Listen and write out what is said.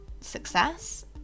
success